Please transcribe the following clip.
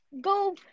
go